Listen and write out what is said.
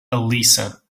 elisa